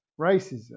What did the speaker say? racism